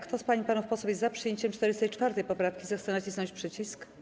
Kto z pań i panów posłów jest za przyjęciem 44. poprawki, zechce nacisnąć przycisk.